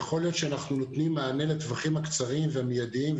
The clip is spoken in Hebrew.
יכול להיות שאנחנו נותנים מענה לטווחים הקצרים והמידיים,